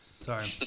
Sorry